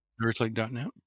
earthlink.net